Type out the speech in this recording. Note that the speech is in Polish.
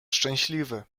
szczęśliwy